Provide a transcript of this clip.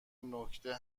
نکته